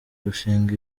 gushinga